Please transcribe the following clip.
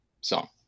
song